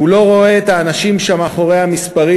הוא לא רואה את האנשים שמאחורי המספרים,